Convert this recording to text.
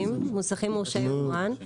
מוסכים מורשי יבואן.